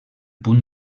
punt